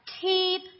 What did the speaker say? Keep